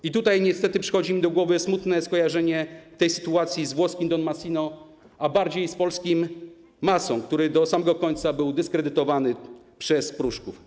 I tutaj niestety przychodzi mi do głowy smutne skojarzenie tej sytuacji z sytuacją włoskiego Don Masino, a bardziej polskiego Masy, który do samego końca był dyskredytowany przez Pruszków.